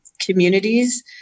Communities